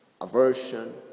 aversion